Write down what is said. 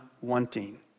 wanting